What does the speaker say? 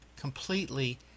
completely